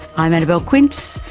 i'm annabelle quince,